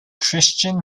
christian